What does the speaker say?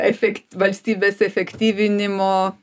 efekt valstybės efektyvinimo